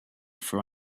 for